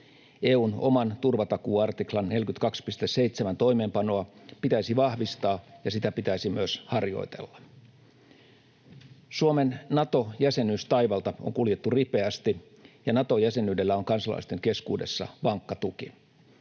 EU:n oman turvatakuuartiklan 42.7 toimeenpanoa pitäisi vahvistaa, ja sitä pitäisi myös harjoitella. Suomen Nato-jäsenyystaivalta on kuljettu ripeästi, ja Nato-jäsenyydellä on kansalaisten keskuudessa vankka tuki.